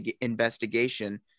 investigation